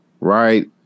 right